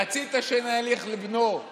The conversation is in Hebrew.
מנכ"ל בתי הדין,